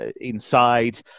inside